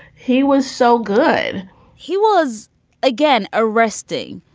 he was so good he was again, arresting.